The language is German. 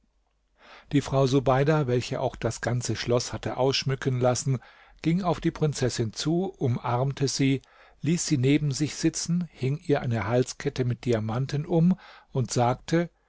die frau subeida welche auch das ganze schloß hatte ausschmücken lassen ging auf die prinzessin zu umarmte sie ließ sie neben sich sitzen hing ihr eine halskette mit diamanten um und sagte